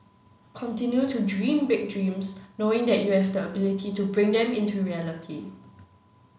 continue to dream big dreams knowing that you have the ability to bring them into reality